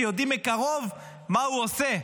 שיודעים מקרוב מה הוא עושה.